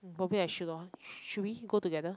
go back and shit lor should we go together